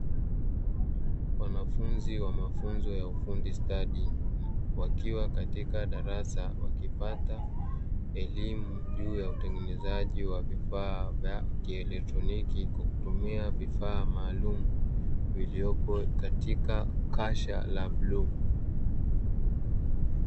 Wanafunzi wa mafunzo ya ufundi stadi wakiwa katika darasa, wakipata elimu juu ya utengenezaji wa vifaa vya kielektroniki kwa kutumia vifaa maalumu viliopo katika kasha la bluu.